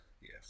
Yes